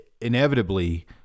inevitably